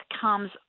comes